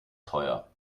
teuer